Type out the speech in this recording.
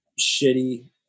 shitty